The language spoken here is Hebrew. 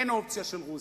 אין אופציה של רוסיה.